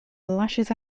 lashes